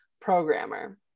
programmer